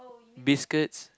biscuits